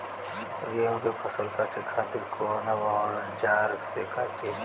गेहूं के फसल काटे खातिर कोवन औजार से कटी?